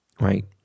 right